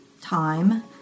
time